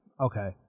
Okay